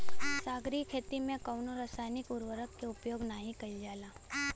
सागरीय खेती में कवनो रासायनिक उर्वरक के उपयोग नाही कईल जाला